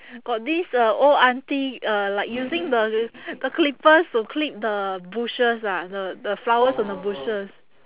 got this uh old aunty uh like using the the clippers to clip the bushes ah the the flowers and the bushes